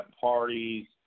parties